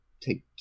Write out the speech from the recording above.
take